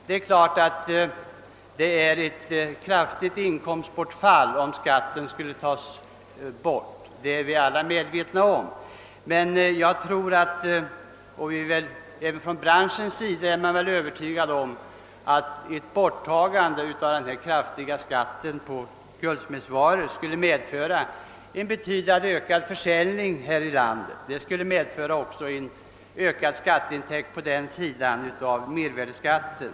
Det är klart att det skulle bli ett kraftigt inkomstbortfall om skatten skulle tas bort. Vi är alla medvetna om detta, men jag är övertygad om att ett borttagande av den kraftiga skatten på guld smedsvaror skulle medföra en betydligt ökad försäljning här i landet, vilket skulle medföra en ökad :skatteintäkt tack vare mervärdeskatten.